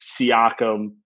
Siakam